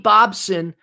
Bobson